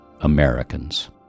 Americans